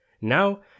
Now